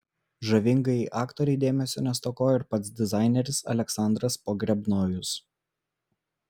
žavingajai aktorei dėmesio nestokojo ir pats dizaineris aleksandras pogrebnojus